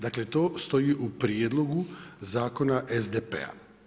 Dakle to stoji u prijedlogu zakona SDP-a.